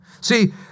See